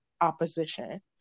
opposition